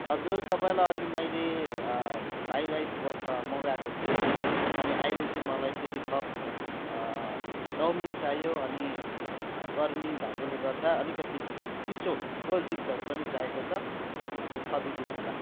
हजुर तपाईँलाई अघि मैले फ्राई राइस पठ मगाएको थिएँ अनि अहिले चाहिँ मलाई फेरि थप चउमिन चाहियो अनि गर्मी भएकोले गर्दा अलिकति चिसो कोल्ड ड्रिङ्क्सहरू पनि चाहिएको छ त्यो थपिदिनु होला